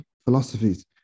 Philosophies